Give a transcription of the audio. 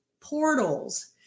portals